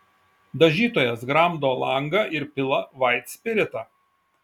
dažytojas gramdo langą ir pila vaitspiritą